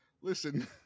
Listen